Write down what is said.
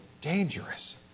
dangerous